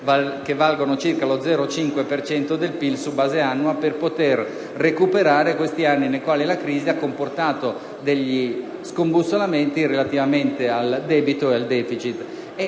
che valgano circa lo 0,5 per cento del PIL su base annua per poter recuperare gli ultimi anni, nei quali la crisi ha comportato scombussolamenti relativamente al debito e al *deficit*.